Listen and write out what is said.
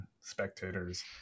spectators